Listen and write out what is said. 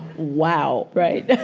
wow, right?